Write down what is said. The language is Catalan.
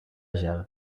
gel